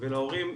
ולהורים,